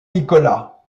nicolas